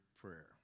prayer